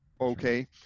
Okay